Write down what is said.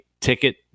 ticket